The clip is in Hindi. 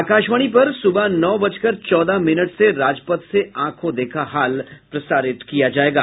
आकाशवाणी पर सुबह नौ बजकर चौदह मिनट से राजपथ से आंखों देखा हाल प्रसारित किया जाएगा